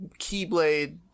keyblade